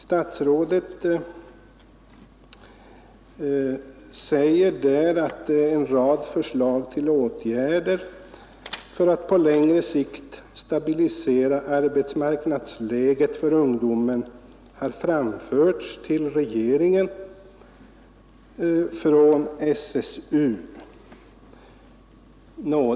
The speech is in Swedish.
Statsrådet säger där att en rad förslag till åtgärder för att på längre sikt stabilisera arbetsmarknadsläget för ungdomen har framförts till regeringen från SSU.